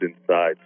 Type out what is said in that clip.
inside